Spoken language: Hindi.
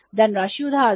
धनराशि उधार दें